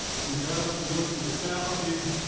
from the guidance and wisdom of the faculty,